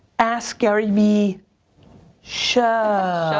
askgaryvee show.